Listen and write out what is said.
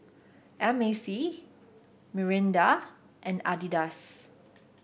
M A C Mirinda and Adidas